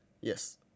Yes